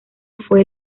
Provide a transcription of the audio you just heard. fue